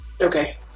Okay